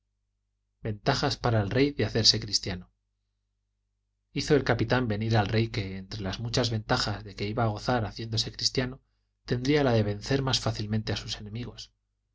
ventajas para el rey de hacerse cristiano hizo el capitán decir al rey que entre las muchas ventajas de que iba a gozar haciéndose cristiano tendría la de vencer más fácilmente a sus enemigos